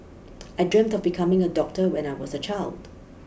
I dreamt of becoming a doctor when I was a child